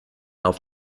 auf